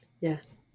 Yes